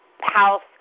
house